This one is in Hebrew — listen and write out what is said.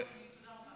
אני לא, תודה רבה.